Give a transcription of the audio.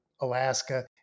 Alaska